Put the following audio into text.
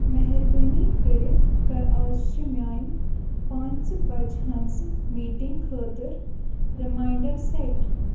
مٮ۪ہربٲنی کٔرِتھ کَر اَزچہِ میٛانِہ پانٛژھِ بَجہِ ہٕنٛزِ میٖٹِنٛگ خٲطرٕ رِماینٛڈَر سٮ۪ٹ